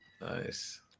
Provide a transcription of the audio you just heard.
Nice